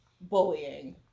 bullying